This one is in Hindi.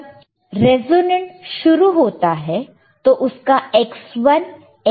जब रिजोनेंट शुरू होता है तो उसका Xl Xc से इक्वल हो जाता है